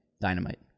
Dynamite